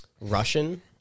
Russian